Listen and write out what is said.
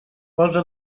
posa